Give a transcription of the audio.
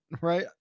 right